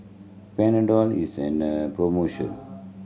Panadol is an promotion